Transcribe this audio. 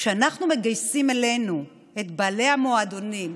כשאנחנו מגייסים אלינו את בעלי המועדונים,